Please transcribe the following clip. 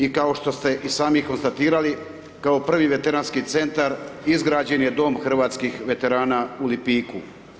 I kao što ste i sami konstatirali, kao prvi Veteranski Centar izrađen je Dom hrvatskih veterana u Lipiku.